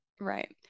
right